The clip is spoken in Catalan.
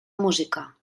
música